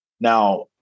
Now